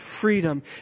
freedom